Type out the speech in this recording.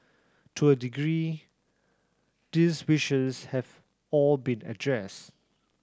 to a degree these wishes have all been addressed